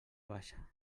baixa